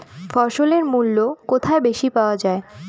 ফসলের মূল্য কোথায় বেশি পাওয়া যায়?